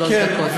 שלוש דקות.